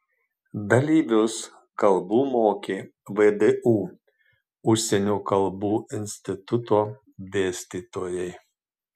dalyvius kalbų mokė vdu užsienio kalbų instituto dėstytojai